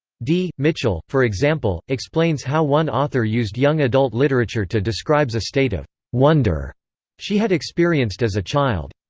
d. mitchell, for example, explains how one author used young adult literature to describes a state of wonder she had experienced as a child.